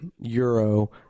Euro